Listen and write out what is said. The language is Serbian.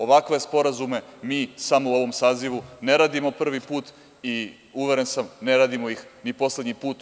Ovakve sporazume mi samo u ovom sazivu ne radimo prvi put i uveren sam da ih ne radimo ni poslednji put.